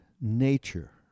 nature